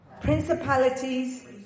principalities